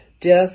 Death